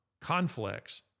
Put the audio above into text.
conflicts